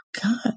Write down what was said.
God